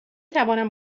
توانم